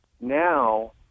now